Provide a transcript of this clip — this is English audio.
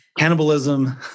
Cannibalism